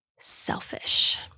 selfish